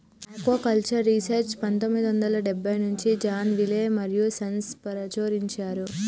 aquaculture research పందొమ్మిది వందల డెబ్బై నుంచి జాన్ విలే మరియూ సన్స్ ప్రచురించారు